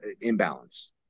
imbalance